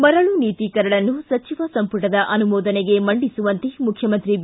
ಮರಳು ನೀತಿ ಕರಡನ್ನು ಸಚಿವ ಸಂಪುಟದ ಆನುಮೋದನೆಗೆ ಮಂಡಿಸುವಂತೆ ಮುಖ್ಯಮಂತ್ರಿ ಬಿ